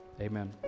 Amen